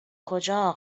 کجا